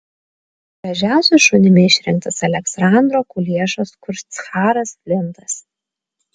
gražiausiu šunimi išrinktas aleksandro kuliešos kurtsharas flintas